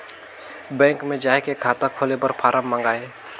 Bank मे जाय के खाता खोले बर फारम मंगाय?